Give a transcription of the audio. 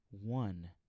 one